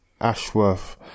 Ashworth